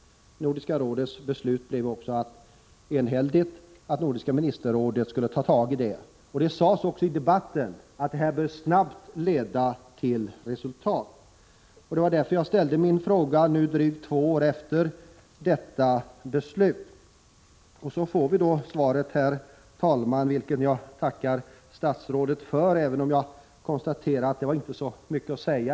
Nordiska rådet beslöt också enhälligt att Nordiska ministerrådet skulle ta tag i frågan. Det sades också i debatten att detta snabbt bör leda till resultat. Det är därför jag ställt min fråga drygt två år efter detta beslut. Så får vi då svaret, herr talman, vilket jag tackar statsrådet för, även om jag konstaterar att det inte sade så mycket.